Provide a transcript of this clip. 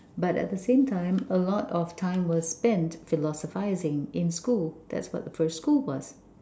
but at the same time a lot of time was spent philosophizing in school that's what the first school was